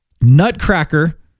Nutcracker